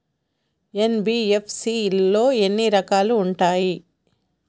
NBFC లో ఎన్ని రకాలు ఉంటాయి?